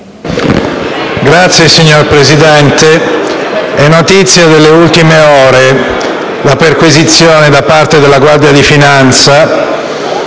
Signor Presidente, è notizia delle ultime ore la perquisizioni da parte della Guardia di finanza